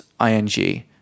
ing